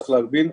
צריך להבין,